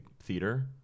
theater